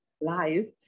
life